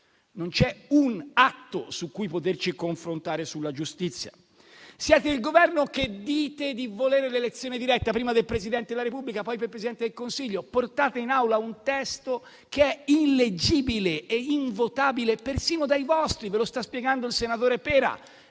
Non c'è un atto su cui poterci confrontare sulla giustizia. Siete il Governo che dice di volere l'elezione diretta, prima del Presidente della Repubblica, poi del Presidente del Consiglio, e poi portate in Aula un testo che è illeggibile ed invotabile persino dai vostri. Ve lo sta spiegando il senatore Pera.